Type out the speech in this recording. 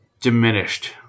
diminished